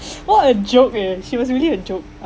what a joke eh he was really a joke lah